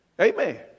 Amen